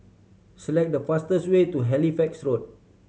select the fastest way to Halifax Road